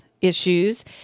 issues